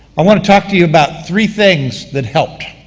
i want to talk to you about three things that helped.